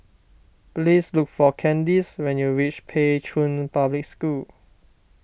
please look for Candyce when you reach Pei Chun Public School